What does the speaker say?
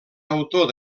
autor